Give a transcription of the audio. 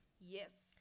yes